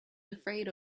afraid